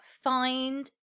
find